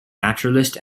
naturalist